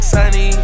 Sunny